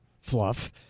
fluff